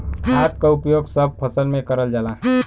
खाद क उपयोग सब फसल में करल जाला